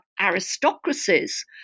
aristocracies